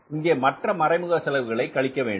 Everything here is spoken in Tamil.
இங்கே மற்ற மறைமுக செலவுகளை கழிக்கவேண்டும்